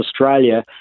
Australia